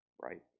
right